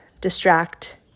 distract